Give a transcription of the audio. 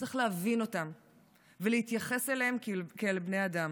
צריך להבין אותם ולהתייחס אליהם כאל בני אדם.